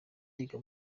yiga